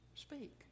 Speak